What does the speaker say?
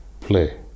play